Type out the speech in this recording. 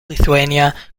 lithuania